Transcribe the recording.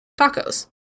tacos